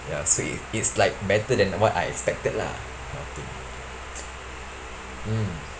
ya so it it's like better than what I expected lah that kind of thing mm